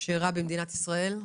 שאירע במדינת ישראל.